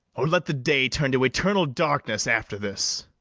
or let the day turn to eternal darkness after this